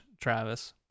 Travis